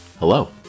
hello